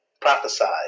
prophesied